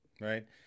right